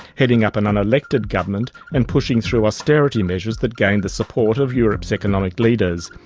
heading up an unelected government and pushing through austerity measures that gained the support of europe's economic leaders.